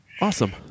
Awesome